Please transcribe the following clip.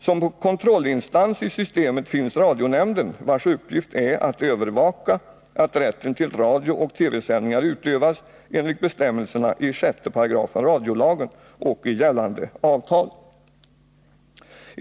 Som kontrollinstans i systemet finns radionämnden, vars uppgift är att övervaka att rätten till radiooch TV-sändningar utövas enligt bestämmelserna i 6 § radiolagen och i gällande avtal.